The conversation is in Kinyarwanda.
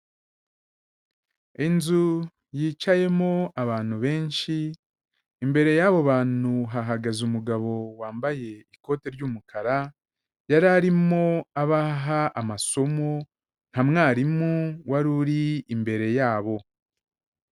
Inzu yicayemo abantu benshi, imbere y'abo bantu hahagaze umugabo wambaye ikote ry'umukara, yari arimo abaha amasomo nka mwarimu wari uri imbere yabo.